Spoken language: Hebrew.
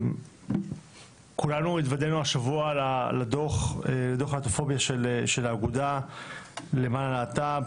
כולנו התוודענו השבוע לדוח הלהט"בופוביה של האגודה למען הלהט"ב,